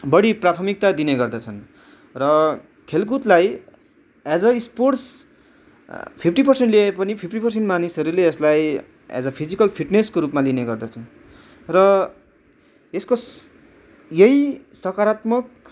बढी प्राथमिकता दिने गर्दछन् र खेलकुदलाई एज अ स्पोर्टस फिफ्टी पर्सेन्टले पनि फिफ्टी पर्सेन्ट मानिसहरूले यसलाई एज अ फिजिकल फिटनेसको रूपमा लिने गर्दछ र यसको यही सकारात्मक